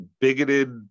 bigoted